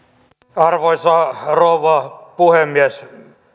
arvoisa rouva puhemies